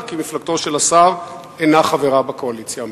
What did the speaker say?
שמפלגתו של השר אינה חברה בקואליציה המקומית?